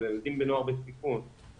או לנוער בסיכון,